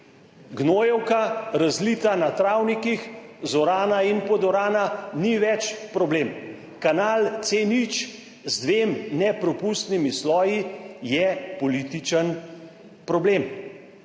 Gnojevka, razlita na travnikih, zorana in podorana, ni več problem. Kanal C0 z dvema neprepustnima slojema je političen problem.